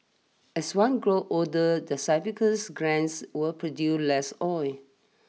as one grows older the sebaceous glands will produce less oil